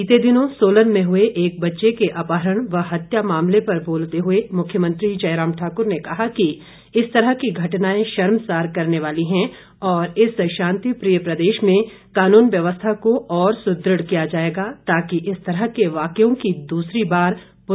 बीते दिनों क्षेत्र में हुए एक बच्चे अपहरण व हत्या मामले पर बोलते हुए मुख्यमंत्री जयराम ठाकुर ने कहा कि इस तरह की घटनाएं शर्मसार करने वाली हैं और इस शांति प्रिय प्रदेश में कानून व्यवस्था को ओर सुदृढ़ किया जाएगा ताकि इस तरह के वाक्यों की दूसरी बार पुर्नावृति न हो सके